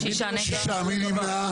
מי נמנע?